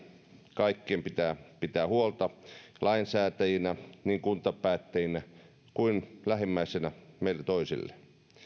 kaikkien pitää pitää huolta niin lainsäätäjinä kuntapäättäjinä kuin lähimmäisinä meiltä toisille